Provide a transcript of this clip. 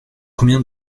combien